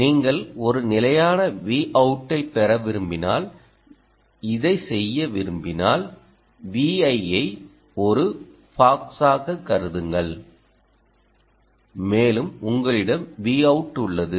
நீங்கள் ஒரு நிலையான Vout ஐ பெற விரும்பினால் இதை செய்ய விரும்பினால் Vi ஐ ஒரு பாக்ஸாக கருதுங்கள் மேலும் உங்களிடம் Vout உள்ளது